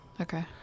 Okay